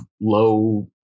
low